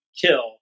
kill